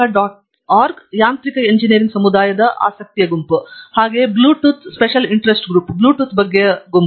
org ಯಾಂತ್ರಿಕ engineering ಸಮುದಾಯಕ್ಕೆ ಆಸಕ್ತಿಯ ಗುಂಪು